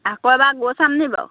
আকৌ এবাৰ গৈ চাম নেকি বাৰু